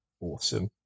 Awesome